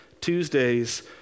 Tuesdays